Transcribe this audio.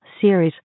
Series